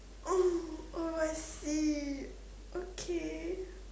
oh I see okay